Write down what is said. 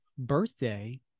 Birthday